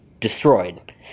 destroyed